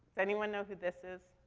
anyone know who this is?